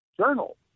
journal